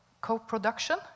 co-production